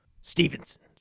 Stevenson